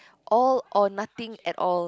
all or nothing at all